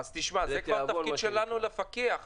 זה כבר התפקיד שלנו לפקח.